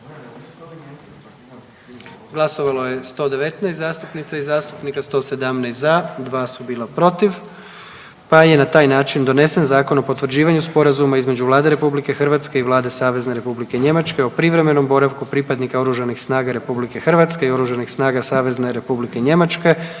Glasovalo je 119 zastupnica i zastupnika, 117 za, 2 su bila protiv pa je taj način donesen Zakon o potvrđivanju sporazuma između Vlade RH i Vlade Savezne Republike Njemačke o privremenom boravku pripadnika Oružanih snaga RH i Oružanih snaga Savezne Republike Njemačke na državnom području